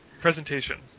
Presentation